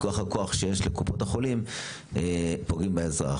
מכוח הכוח שיש לקופות החולים פוגעים באזרח.